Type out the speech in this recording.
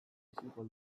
politikoa